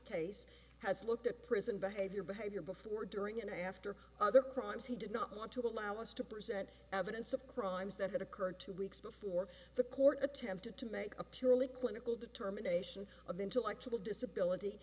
taste has looked at prison behavior behavior before during and after other crimes he did not want to allow us to present evidence of crimes that occurred two weeks before the court attempted to make a purely clinical determination of intellectual disability